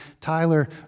Tyler